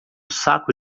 saco